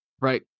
Right